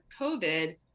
COVID